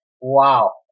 Wow